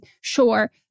sure